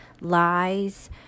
lies